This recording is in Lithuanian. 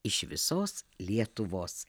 iš visos lietuvos